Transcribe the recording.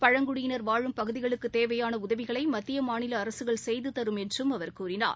பழங்குடியினர் வாழும் பகுதிகளுக்குத் தேவையான உதவிகளை மத்திய மாநில அரசுகள் செய்து தரும் என்றும் அவர் கூறினார்